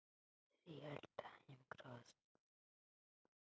Real time gross settlement transfer में न्यूनतम सीमा क्या है?